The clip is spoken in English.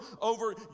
over